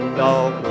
dog